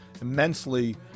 immensely